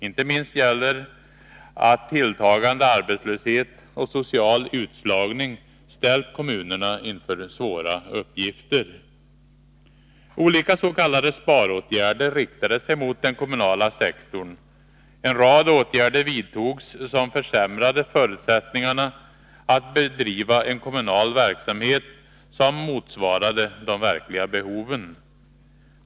Inte minst gäller att tilltagande arbetslöshet och social utslagning ställt kommunerna inför svåra uppgifter. Olika s.k. sparåtgärder riktade sig mot den kommunala sektorn. En rad åtgärder vidtogs som försämrade förutsättningarna att bedriva en kommunal verksamhet som motsvarade de verkliga behoven.